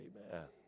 Amen